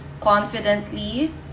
confidently